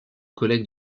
collègue